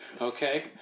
Okay